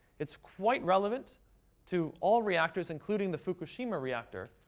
it's quite relevant to all reactors, including the fukushima reactor.